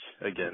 again